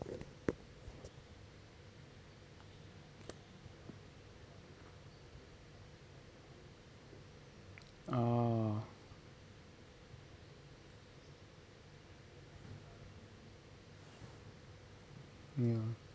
ah ya